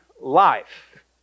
life